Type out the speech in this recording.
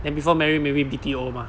then before marry maybe B_T_O mah